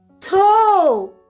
throw